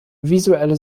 visuelle